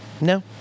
No